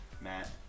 Matt